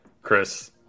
Chris